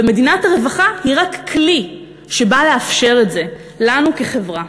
ומדינת רווחה היא רק כלי שבא לאפשר את זה לנו כחברה.